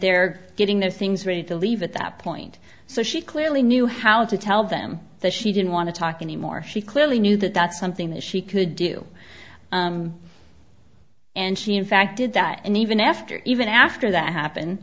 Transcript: they're getting their things ready to leave at that point so she clearly knew how to tell them that she didn't want to talk anymore she clearly knew that that's something that she could do and she in fact did that and even after even after that happened